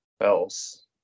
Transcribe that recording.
else